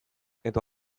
edo